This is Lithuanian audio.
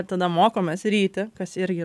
tada mokomės ryti kas irgi